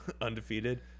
undefeated